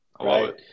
Right